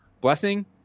blessing